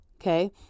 Okay